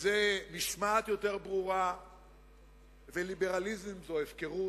היא משמעת יותר ברורה וליברליזם הוא הפקרות,